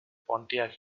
pontiac